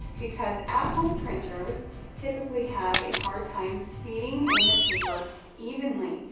because at-home printers typically have a hard time feeding in the paper evenly,